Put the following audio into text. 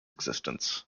existence